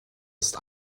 ist